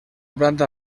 planta